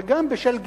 וגם בשל גילו,